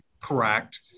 correct